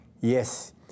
Yes